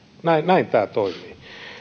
näin näin tämä toimii